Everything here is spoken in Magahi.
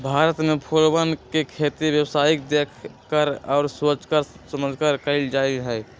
भारत में फूलवन के खेती व्यावसायिक देख कर और सोच समझकर कइल जाहई